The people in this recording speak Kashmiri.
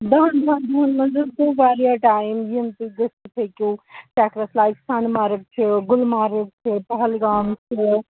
دہَن وُہَن دۄہَن منٛز حظ گوٚو واریاہ ٹایِم یِم تُہۍ گٔژھتھ ہیٚکِو چَکرس لایِک سونہٕ مرگ چھِ گُلمرگ چھِ پہلگام چھِ